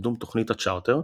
לקידום תוכנית הצ'רטר,